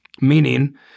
meaning